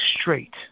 straight